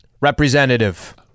representative